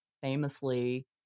famously